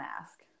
ask